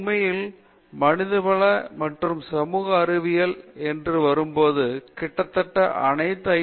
உண்மையில் மனிதவள மற்றும் சமூக அறிவியல் என்று வரும்போது கிட்டத்தட்ட அனைத்து ஐ